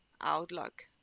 outlook